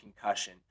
concussion